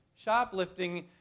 Shoplifting